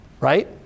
right